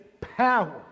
power